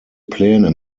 pläne